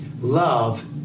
Love